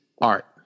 art